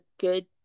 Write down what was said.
good